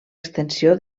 extensió